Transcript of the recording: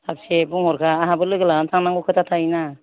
साबेसे बुंहरखा आंहाबो लोगो लानानै थांनांगौ खोथा थायोना